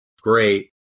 great